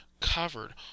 covered